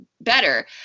better